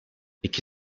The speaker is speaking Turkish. i̇ki